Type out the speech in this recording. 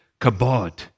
kabod